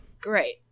great